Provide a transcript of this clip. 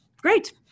Great